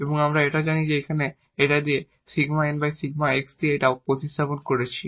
এবং তাই আমরা এখানে এই 𝜕𝑁𝜕𝑥 দিয়ে প্রতিস্থাপন করেছি